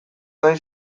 nahi